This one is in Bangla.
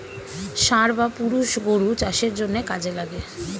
ষাঁড় বা পুরুষ গরু চাষের জন্যে কাজে লাগে